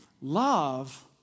Love